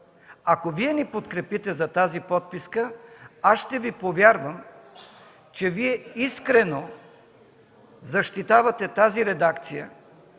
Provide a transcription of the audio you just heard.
Ако Вие ни подкрепите за тази подписка, аз ще Ви повярвам, че Вие искрено защитавате тази редакция,